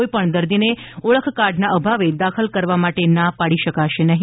કોઇપણ દર્દીને ઓળખકાર્ડના અભાવે દાખલ કરવા માટે ના પાડી શકાશે નહી